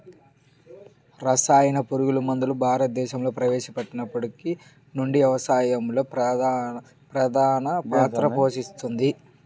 రసాయన పురుగుమందులు భారతదేశంలో ప్రవేశపెట్టినప్పటి నుండి వ్యవసాయంలో ప్రధాన పాత్ర పోషిస్తున్నాయి